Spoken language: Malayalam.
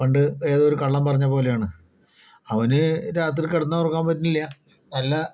പണ്ട് ഏതോ ഒരു കള്ളൻ പറഞ്ഞ പോലെയാണ് അവന് രാത്രി കിടന്നാൽ ഉറങ്ങാൻ പറ്റുന്നില്ല വല്ല